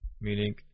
Meaning